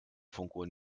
funkuhr